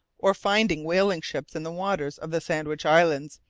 or finding whaling-ships in the waters of the sandwich islands,